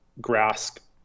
grasp